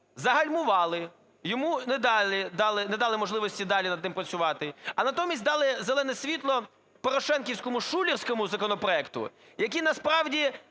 загальмували, йому не дали можливості далі над ним працювати, а натомість дали зелене світло порошенківському шулерському законопроекту, який насправді